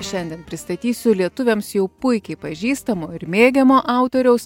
šiandien pristatysiu lietuviams jau puikiai pažįstamo ir mėgiamo autoriaus